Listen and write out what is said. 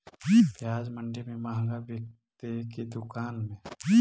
प्याज मंडि में मँहगा बिकते कि दुकान में?